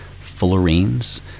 fullerenes